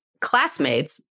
classmates